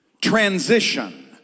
transition